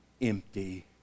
empty